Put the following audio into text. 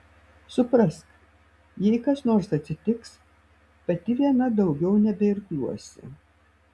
suprask jei kas nors atsitiks pati viena daugiau nebeirkluosi